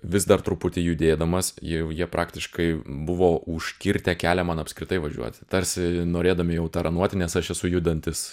vis dar truputį judėdamas jie jau jie praktiškai buvo užkirtę kelią man apskritai važiuoti tarsi norėdami jau taranuoti nes aš esu judantis